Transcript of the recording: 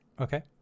okay